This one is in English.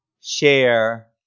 share